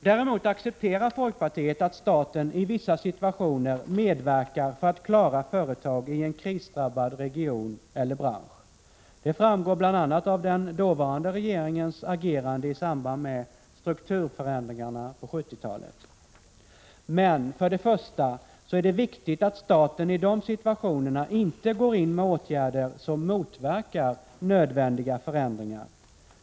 Däremot accepterar folkpartiet att staten i vissa situationer medverkar för att klara företag i en krisdrabbad region eller bransch. Det framgår bl.a. av den dåvarande regeringens agerande i samband med strukturförändringarna på 70-talet. Men för det första är det viktigt att staten i de situationerna inte går in med åtgärder som motverkar nödvändiga förändringar.